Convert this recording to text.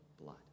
blood